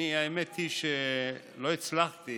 האמת היא שלא הצלחתי